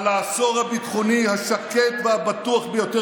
על העשור הביטחוני השקט והבטוח ביותר